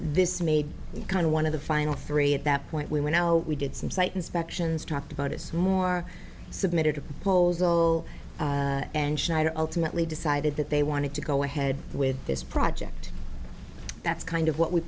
this made it kind of one of the final three at that point we were now we did some site inspections talked about it's more submitted to polls will and schneider ultimately decide i did that they wanted to go ahead with this project that's kind of what we